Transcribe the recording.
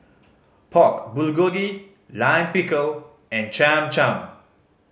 Pork Bulgogi Lime Pickle and Cham Cham